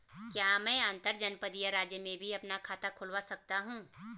क्या मैं अंतर्जनपदीय राज्य में भी अपना खाता खुलवा सकता हूँ?